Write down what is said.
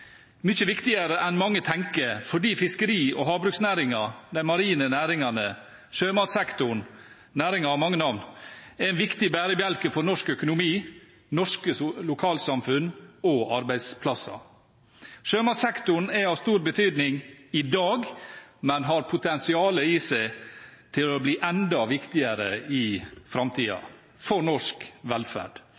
viktigere enn mange tenker, fordi fiskeri- og havbruksnæringen, de marine næringene, sjømatsektoren – næringen har mange navn – er en viktig bærebjelke for norsk økonomi, norske lokalsamfunn og norske arbeidsplasser. Sjømatsektoren er av stor betydning i dag, men har potensial i seg til å bli enda viktigere i framtiden – for norsk velferd.